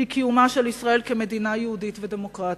היא קיומה של ישראל כמדינה יהודית ודמוקרטית.